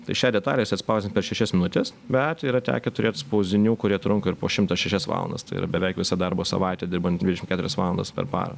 tai šią detalę jis atspausdins per šešias minutes bet yra tekę turėt spaudinių kurie trunka ir po šimto šešias valandas tai yra beveik visą darbo savaitę dirbant dvidešimt keturias valandas per parą